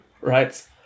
Right